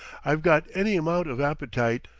i've got any amount of appetite.